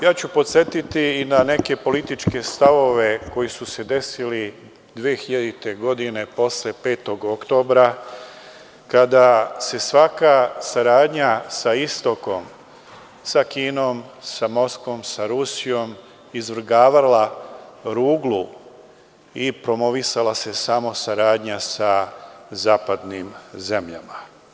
Ja ću podsetiti i na neke političke stavove koji su se desili 2000. godine posle 5. oktobra kada se svaka saradnja sa istokom, sa Kinom, sa Moskvom, sa Rusijom izvrgavala ruglu i promovisala se samo saradnja sa zapadnim zemljama.